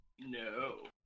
no